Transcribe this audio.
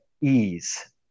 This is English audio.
ease